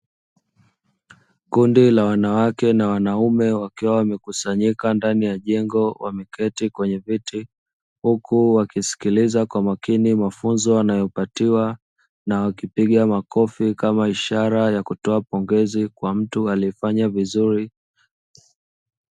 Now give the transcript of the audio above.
Kundi la wanawake na wanaume wakiwa wamekusanyika ndani ya jengo, wameketi kwenye viti, huku wakisikiliza kwa makini mafunzo wanayopatiwa na wakipiga makofi kama ishara ya kutoa pongezi kwa mtu aliyefanya vizuri.